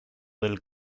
del